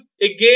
again